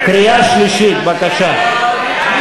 קריאה שלישית, בבקשה.